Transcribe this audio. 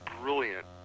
brilliant